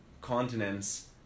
continents